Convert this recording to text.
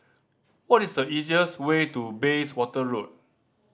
what is the easiest way to Bayswater Road